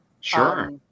sure